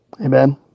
Amen